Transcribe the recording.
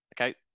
okay